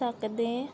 ਸਕਦੇ